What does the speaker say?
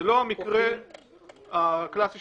זה לא המקרה הקלאסי של...